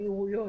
בממאירויות,